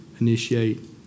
initiate